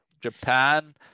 Japan